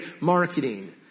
marketing